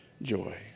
joy